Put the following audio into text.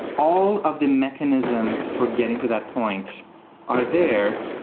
all of the mechanisms for getting to that point are there.